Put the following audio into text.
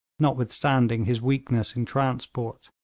notwithstanding his weakness in transport.